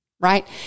right